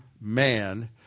man